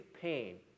pain